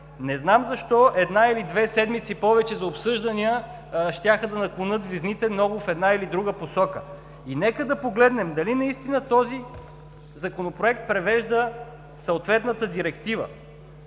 Не знам защо една или две седмици повече за обсъждания щяха да наклонят везните много в една или друга посока. И нека да погледнем дали наистина този Законопроект привежда съответната директива.